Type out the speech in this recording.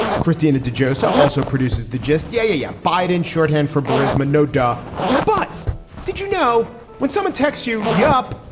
cristina de josa also produces the gist. yeah, yeah. biden shorthand for brisbane, no doubt but did you know when someone text you? yup.